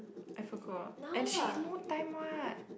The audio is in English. I forgot and she is no time what